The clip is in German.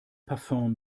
parfüm